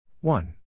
One